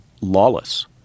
lawless